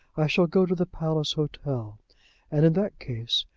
i shall go to the palace hotel and, in that case,